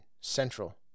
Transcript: central